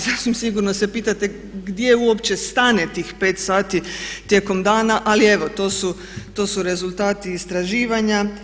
Sasvim sigurno se pitate gdje uopće stane tih 5 sati tijekom dana ali evo to su rezultati istraživanja.